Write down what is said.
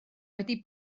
wedi